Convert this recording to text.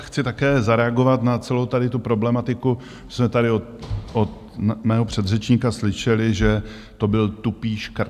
Chci také zareagovat na celou tady tu problematiku, co jsme tady od mého předřečníka slyšeli, že to byl tupý škrt.